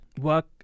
work